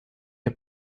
der